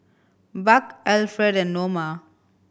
Buck Alfred and Noma